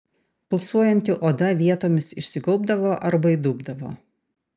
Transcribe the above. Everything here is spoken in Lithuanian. pulsuojanti oda vietomis išsigaubdavo arba įdubdavo